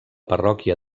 parròquia